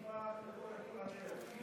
ארבע דקות, בבקשה.